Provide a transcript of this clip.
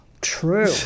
True